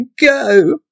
go